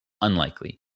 unlikely